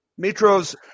Mitro's